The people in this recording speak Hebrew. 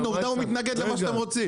הנה, עובדה שהוא מתנגד למה שאתם רוצים.